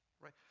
Right